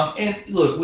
and look,